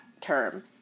term